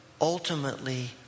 ultimately